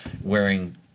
wearing –